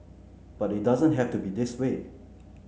but it doesn't have to be this way